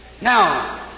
Now